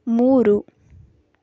ಮೂರು